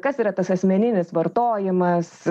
kas yra tas asmeninis vartojimas